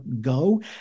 go